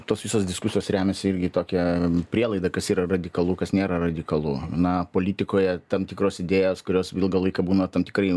tos visos diskusijos remiasi irgi tokia prielaida kas yra radikalu kas nėra radikalu na politikoje tam tikros idėjos kurios ilgą laiką būna tam tikrai